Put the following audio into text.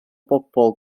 bobl